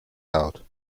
out